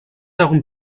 darum